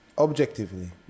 Objectively